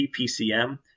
PCM